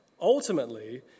ultimately